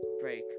break